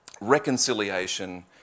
reconciliation